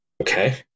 Okay